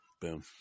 Boom